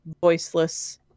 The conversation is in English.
voiceless